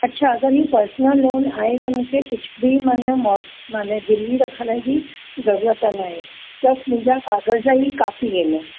अच्छा अगरि इहे पर्सनल लोन आहे त मूंखे कुझु बि माना माना गिरवी रखण जी ज़रूरत न आहे सिर्फ मुंहिंजा कागज़ ई काफ़ी आहिनि